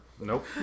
Nope